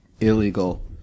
Illegal